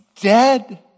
dead